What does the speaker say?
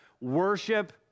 Worship